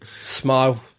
Smile